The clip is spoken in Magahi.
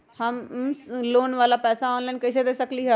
हम लोन वाला पैसा ऑनलाइन कईसे दे सकेलि ह?